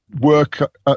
work